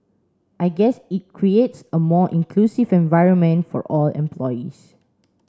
I guess it creates a more inclusive environment for all employees